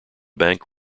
bank